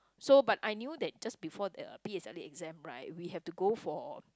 so but I knew that before the p_s_l_e exam right we had to go for